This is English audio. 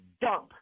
dump